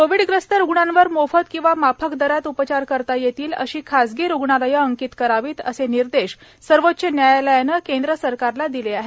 कोविडग्रस्त रुग्णांवर मोफत किंवा माफक दरात उपचार करता येतील अशी खासगी रुग्णालयं अंकित करावीत असे निर्देश सर्वोच्च न्यायालयानं केंद्र सरकारला दिले आहेत